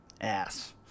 ass